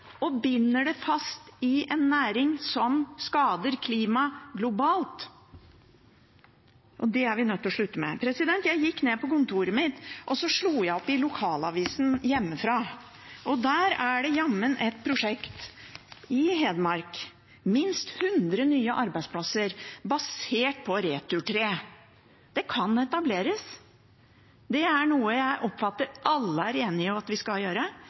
og binder det fast i en næring som skader klimaet globalt, og det er vi nødt til å slutte med. Jeg gikk ned på kontoret mitt og slo opp i lokalavisen hjemmefra – og der er det, i Hedmark, jammen et prosjekt med minst hundre nye arbeidsplasser basert på returtre. Det kan etableres. Det er noe jeg oppfatter at alle er enige om at vi skal gjøre,